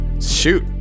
Shoot